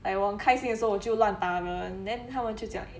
like 我很开心的时候我会乱打人 then 他们就讲